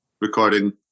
recording